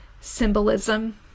symbolism